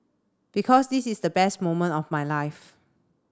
because this is the best moment of my life